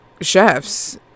chefs